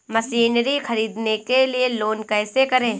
Machinery ख़रीदने के लिए लोन कैसे करें?